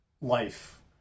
life